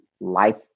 life